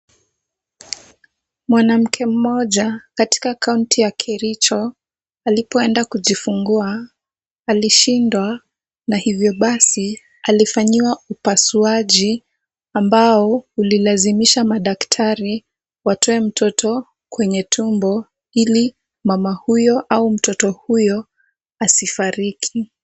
Mwanamke mmoja katika kaunti ya Kericho .Alipoenda kujifungua, alishindwa na hivyo basi alifanyiwa upasuaji ambao ulilazimisha madaktari watoe mtoto kwenye tumbo ili mama huyo ama mtoto huyo asifariki.